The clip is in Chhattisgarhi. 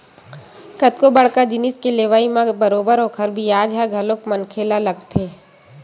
कतको बड़का जिनिस के लेवई म बरोबर ओखर बियाज ह घलो मनखे ल लगथे